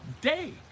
day